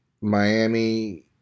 Miami